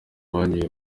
bagiye